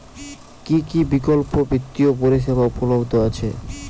কী কী বিকল্প বিত্তীয় পরিষেবা উপলব্ধ আছে?